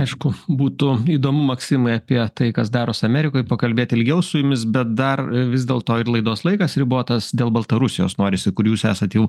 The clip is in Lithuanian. aišku būtų įdomu maksimai apie tai kas darosi amerikoj pakalbėt ilgiau su jumis bet dar vis dėlto ir laidos laikas ribotas dėl baltarusijos norisi kur jūs esat jau